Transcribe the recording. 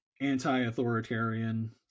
anti-authoritarian